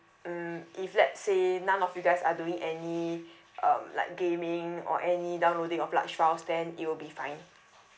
hmm if let's say none of you guys are doing any um like gaming or any downloading of large files then it will be fine